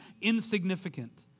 insignificant